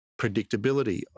predictability